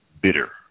bitter